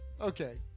Okay